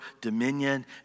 dominion